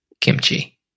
Kimchi